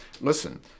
Listen